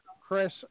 Chris